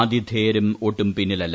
ആതിഥേയരും ഒട്ടും പിന്നിലല്ല